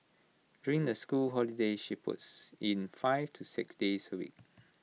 during the school holidays she puts in five to six days A week